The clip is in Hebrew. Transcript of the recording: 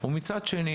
ומצד שני,